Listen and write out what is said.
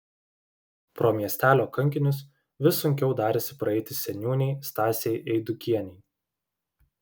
pro miestelio kankinius vis sunkiau darėsi praeiti seniūnei stasei eidukienei